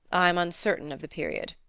i'm uncertain of the period.